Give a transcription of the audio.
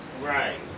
Right